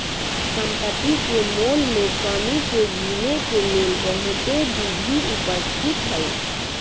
सम्पति के मोल में कमी के गिनेके लेल बहुते विधि उपस्थित हई